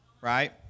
right